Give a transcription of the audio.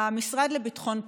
המשרד לביטחון הפנים.